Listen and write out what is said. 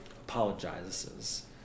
apologizes